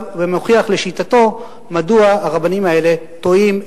ומוכיח לשיטתו מדוע הרבנים האלה טועים,